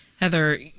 Heather